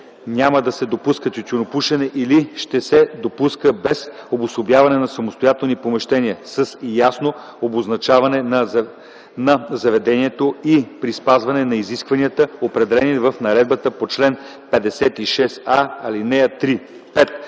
няма да се допуска тютюнопушене или ще се допуска без обособяване на самостоятелни помещения – с ясно обозначаване на заведението и при спазване на изискванията, определени в Наредбата по чл. 56а, ал. 3.